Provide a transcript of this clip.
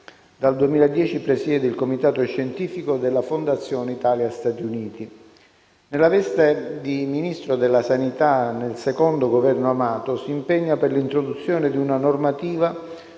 Dal 2010 presiede il comitato scientifico della Fondazione Italia-Stati Uniti. Nella veste di Ministro della sanità nel secondo Governo Amato, si impegna per l'introduzione di una normativa